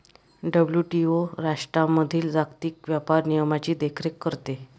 WTO राष्ट्रांमधील जागतिक व्यापार नियमांची देखरेख करते